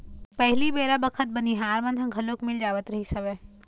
पहिली बेरा बखत बनिहार मन ह घलोक मिल जावत रिहिस हवय